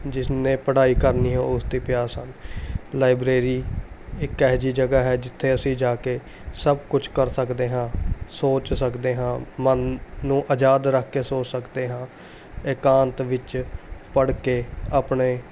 ਜਿਸਨੇ ਪੜ੍ਹਾਈ ਕਰਨੀ ਹੈ ਉਸ ਦੀ ਪਿਆਸ ਹਨ ਲਾਈਬ੍ਰੇਰੀ ਇੱਕ ਇਹੋ ਜਿਹੀ ਜਗ੍ਹਾ ਹੈ ਜਿੱਥੇ ਅਸੀਂ ਜਾ ਕੇ ਸਭ ਕੁਝ ਕਰ ਸਕਦੇ ਹਾਂ ਸੋਚ ਸਕਦੇ ਹਾਂ ਮਨ ਨੂੰ ਆਜ਼ਾਦ ਰੱਖ ਕੇ ਸੋਚ ਸਕਦੇ ਹਾਂ ਇਕਾਂਤ ਵਿੱਚ ਪੜ੍ਹ ਕੇ ਆਪਣੇ